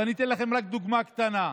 אני אתן לכם רק דוגמה קטנה: